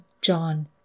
John